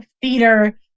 theater